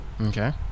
Okay